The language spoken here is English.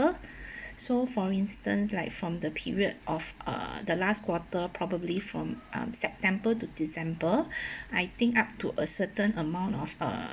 so for instance like from the period of uh the last quarter probably from um september to december I think up to a certain amount of uh